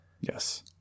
Yes